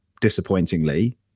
disappointingly